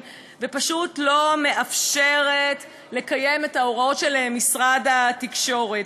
ופשוט לא מאפשרת לקיים את ההוראות של משרד התקשורת,